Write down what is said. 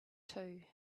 too